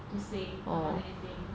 to say about the ending